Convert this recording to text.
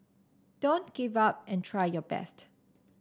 don't give up and try your best